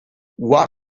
what